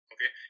Okay